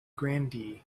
grandee